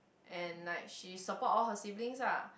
and like she support all her siblings lah